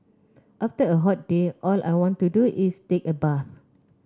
after a hot day all I want to do is take a bath